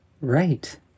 Right